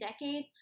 decade